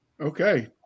Okay